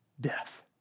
death